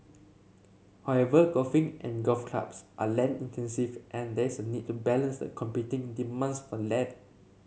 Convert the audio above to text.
however golfing and golf clubs are land intensive and there is a need to balance the competing demands for land